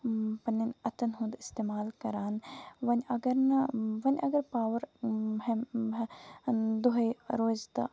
پَنٕنٮ۪ن اَتھن ہُند اِستعمال کران وۄنۍ اَگر نہٕ وۄنۍ اَگر پاور دۄہے روزِ تہٕ